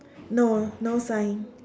no no sign